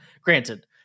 granted